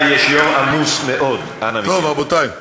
זאת ועדה לחבר כנסת, בבקשה.